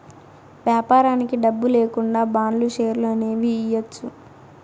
వ్యాపారానికి డబ్బు లేకుండా బాండ్లు, షేర్లు అనేవి ఇయ్యచ్చు